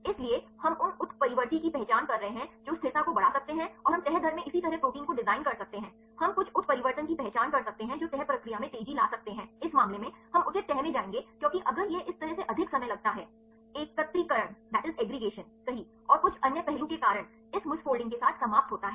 इसलिए हम उन उत्परिवर्ती की पहचान कर रहे हैं जो स्थिरता को बढ़ा सकते हैं और हम तह दर में इसी तरह प्रोटीन को डिजाइन कर सकते हैं हम कुछ उत्परिवर्तन की पहचान कर सकते हैं जो तह प्रक्रिया में तेजी ला सकते हैं इस मामले में हम उचित तह में जाएंगे क्योंकि अगर यह इस तरह से अधिक समय लगता है एकत्रीकरण सही और कुछ अन्य पहलू के कारण इस मिसफॉल्डिंग के साथ समाप्त होता है